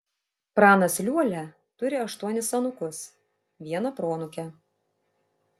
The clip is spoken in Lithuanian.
pranas liuolia turi aštuonis anūkus vieną proanūkę